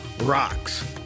rocks